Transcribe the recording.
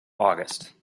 august